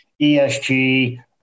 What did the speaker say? ESG